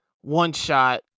one-shot